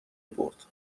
برد